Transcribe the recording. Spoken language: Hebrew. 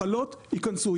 מחלות יכנסו,